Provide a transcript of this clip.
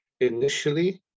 initially